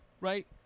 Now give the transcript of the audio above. right